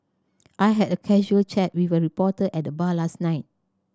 I had a casual chat with a reporter at the bar last night